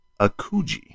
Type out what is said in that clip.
Akuji